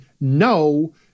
no